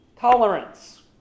Tolerance